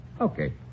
Okay